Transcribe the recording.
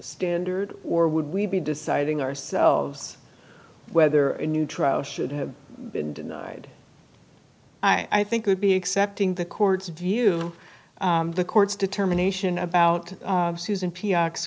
standard or would we be deciding ourselves whether a new trial should have been denied i think would be accepting the court's view of the court's determination about susan p